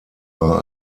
war